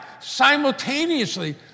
simultaneously